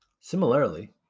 Similarly